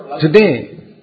Today